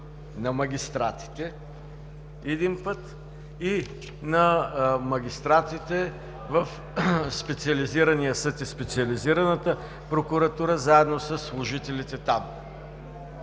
на магистратите, един път, и на магистратите в Специализирания съд и Специализираната прокуратура, заедно със служителите там.